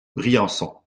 briançon